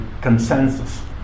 consensus